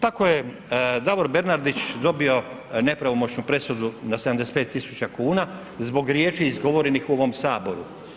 Tako je Davor Bernardić dobio nepravomoćnu presudu na 75.000 kuna zbog riječi izgovorenih u ovom saboru.